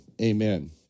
amen